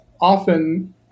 often